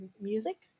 music